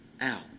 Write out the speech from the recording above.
out